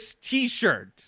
t-shirt